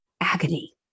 agony